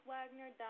Wagner